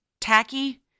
tacky